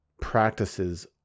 practices